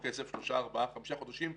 אז אם מסעדן כמו רותי עבד קשה כל החיים,